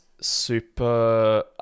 super